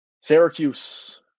Syracuse